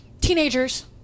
teenagers